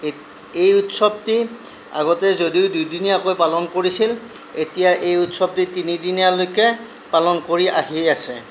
এই এই উৎসৱটি আগতে যদিও দুদিনীয়াকৈ পালন কৰিছিল এতিয়া এই উৎসৱটি তিনিদিনীয়ালৈকে পালন কৰি আহি আছে